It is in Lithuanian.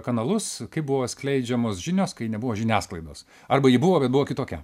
kanalus kaip buvo skleidžiamos žinios kai nebuvo žiniasklaidos arba ji buvo bet buvo kitokia